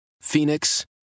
Phoenix